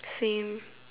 same